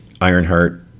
Ironheart